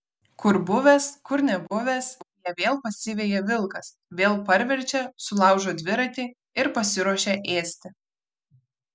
kur buvęs kur nebuvęs ją vėl pasiveja vilkas vėl parverčia sulaužo dviratį ir pasiruošia ėsti